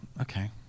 okay